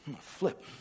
Flip